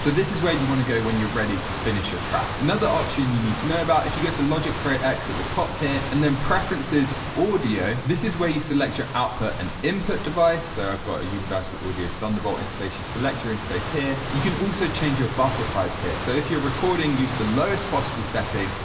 so this is where you you want to go when you are ready to finish your track. another option you need to know about if you get the logic pro x at the top here, and then preferences audio. this is where you select your output and input device. so, i've got a universal audio thunderbolt interface you select your interface here. you can also change your buffer size here. so, if you are recording use the lowest possible setting,